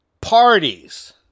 parties